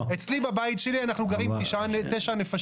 אצלי בבית שלי אנחנו גרים תשע נפשות,